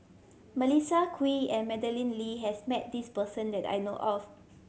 Melissa Kwee and Madeleine Lee has met this person that I know of